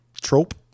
trope